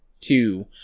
two